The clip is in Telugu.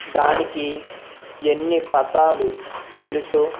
దానికి ఎన్ని పదాలు తెలుసు